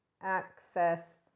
access